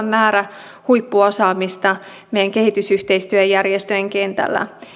määrä huippuosaamista meidän kehitysyhteistyöjärjestöjen kentällä